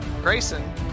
Grayson